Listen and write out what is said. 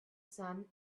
sun